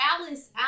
Alice